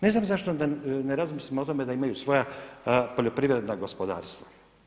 Ne znam zašto ne razmislimo o tome da imaju svoja poljoprivredna gospodarstva.